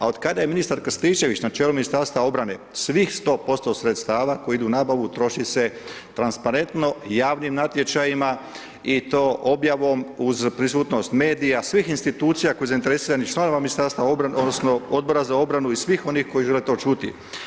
A od kada je ministar Krstičević na čelu Ministarstva obrane, svih 100% sredstava koji idu u nabavu troši se transparentno, javnim natječajima i to objavom uz prisutnost medija, svih institucija, kao i zainteresiranih članova Ministarstva obrane odnosno Odbora za obranu i svih onih koji to žele čuti.